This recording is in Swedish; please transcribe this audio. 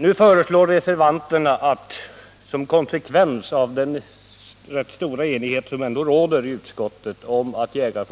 Nu föreslår reservanterna, som konsekvens av den rätt stora enighet som ändå råder i utskottet om att Jägarnas